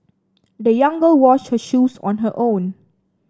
the young girl washed her shoes on her own